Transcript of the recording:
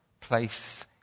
place